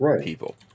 people